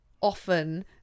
often